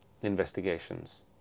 investigations